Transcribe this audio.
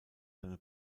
seine